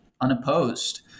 unopposed